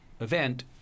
event